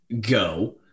go